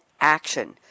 action